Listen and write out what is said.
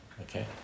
okay